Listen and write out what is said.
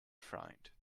frowned